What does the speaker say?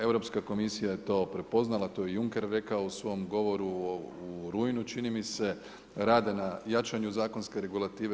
Europska komisija je to prepoznala, to je Juncker rekao u svom govoru u rujnu čini mi se, rade na jačanju zakonske regulative.